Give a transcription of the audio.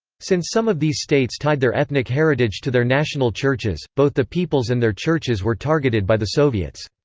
since some of these states tied their ethnic heritage to their national churches, both the peoples and their churches were targeted by the soviets.